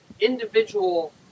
individual